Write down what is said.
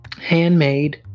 handmade